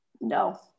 no